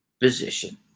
position